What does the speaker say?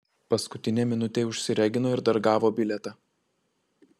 paskutinę minutę užsiregino ir dar gavo bilietą